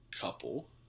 couple